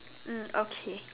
mm okay